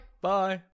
Bye